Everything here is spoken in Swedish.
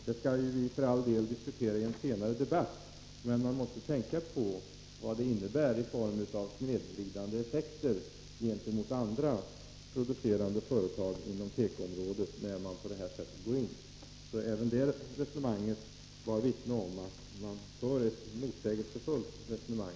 Den frågan skall vi för all del diskutera i en senare debatt, men man måste tänka på vad det innebär i form av snedvridande effekter gentemot andra producerande företag inom tekoområdet. Även detta resonemang vittnar om att socialdemokraterna för motsägelsefulla resonemang.